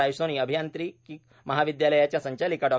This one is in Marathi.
रायसोनी अभियांत्रिकी महाविद्यालयाच्या संचालिका डॉ